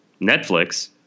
Netflix